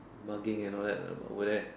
mugging and all that lah but over there